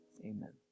Amen